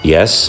Yes